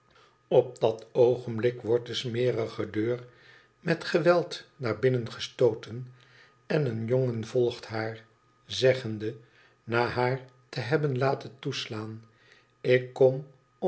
op dat oogenblik wordt de smerige deur met geweld naar binnen gestooten en een jongen volgt haar zeggende na haar te hebben laten toeslaan tik kom